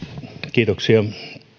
kiitoksia